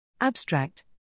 Abstract